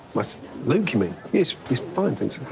my s luke, you mean? yes, he's fine, thanks.